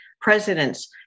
presidents